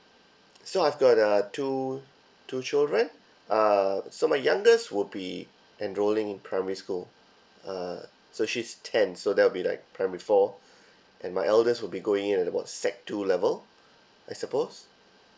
so I've got uh two two children uh so my youngest would be enrolling in primary school uh so she's ten so that would be like primary four and my eldest would be going in at about sec two level I suppose